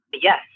Yes